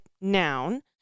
noun